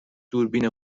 دوربین